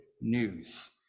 news